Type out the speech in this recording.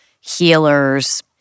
healers